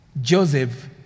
Joseph